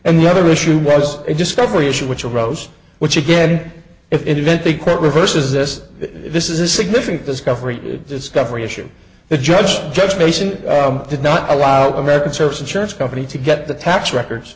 and the other issue was a discovery issue which arose which again if it event the court reverses this this is a significant discovery discovery issue the judge judge mason did not allow american service insurance company to get the tax records